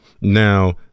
Now